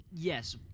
Yes